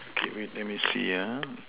okay wait let me see ah